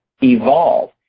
evolve